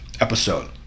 episode